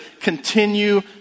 continue